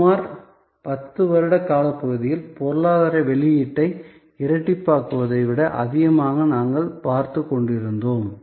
சுமார் 10 வருட காலப்பகுதியில் பொருளாதார வெளியீட்டை இரட்டிப்பாக்குவதை விட அதிகமாக நாங்கள் பார்த்துக் கொண்டிருந்தோம்